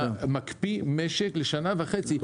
אתה מקפיא משק לשנה וחצי.